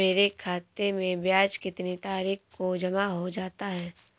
मेरे खाते में ब्याज कितनी तारीख को जमा हो जाता है?